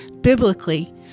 Biblically